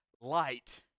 Light